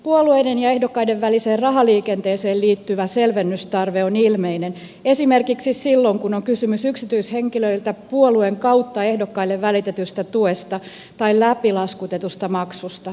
puolueiden ja ehdokkaiden väliseen rahaliikenteeseen liittyvä selvennystarve on ilmeinen esimerkiksi silloin kun on kysymys yksityishenkilöiltä puolueen kautta ehdokkaille välitetystä tuesta tai läpilaskutetusta maksusta